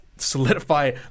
solidify